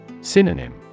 Synonym